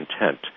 intent